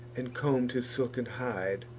and comb'd his silken hide,